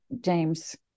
James